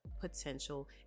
potential